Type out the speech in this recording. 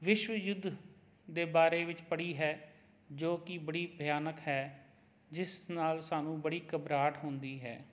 ਵਿਸ਼ਵ ਯੁੱਧ ਦੇ ਬਾਰੇ ਵਿੱਚ ਪੜ੍ਹੀ ਹੈ ਜੋ ਕਿ ਬੜੀ ਭਿਆਨਕ ਹੈ ਜਿਸ ਨਾਲ ਸਾਨੂੰ ਬੜੀ ਘਬਰਾਹਟ ਹੁੰਦੀ ਹੈ